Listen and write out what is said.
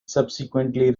subsequently